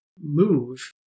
move